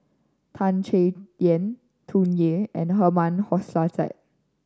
Tan Chay Yan Tsung Yeh and Herman Hochstadt